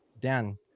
Dan